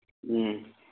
ꯎꯝ